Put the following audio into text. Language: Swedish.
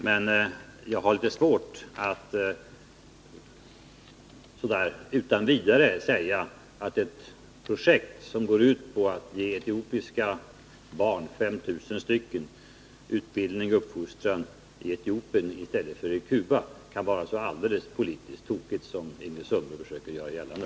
Men jag har litet svårt att så här utan vidare säga att ett projekt, som går ut på att ge 5 000 etiopiska barn utbildning och uppfostran i Etiopien i stället för på Cuba, kan vara alldeles politiskt tokigt, som Ingrid Sundberg försöker göra gällande.